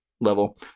level